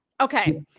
Okay